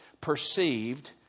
perceived